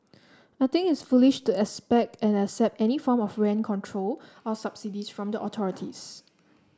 I think it is foolish to expect and accept any form of rent control or subsidies from the authorities